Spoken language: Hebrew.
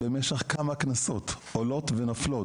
במשך כמה כנסות עולות ונופלות.